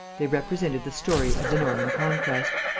they represented the story of the norman conquest.